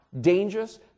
dangerous